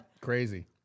crazy